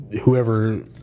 whoever